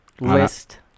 list